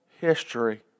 history